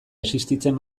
existitzen